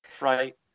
Right